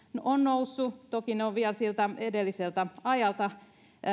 on noussut toki ne ovat vielä siltä edelliseltä ajalta